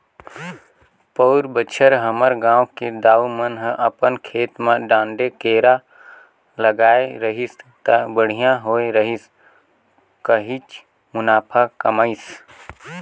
पउर बच्छर हमर गांव के दाऊ मन ह अपन खेत म डांड़े केरा लगाय रहिस त बड़िहा होय रहिस काहेच मुनाफा कमाइस